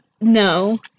no